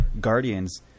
Guardians